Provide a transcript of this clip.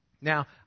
Now